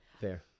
Fair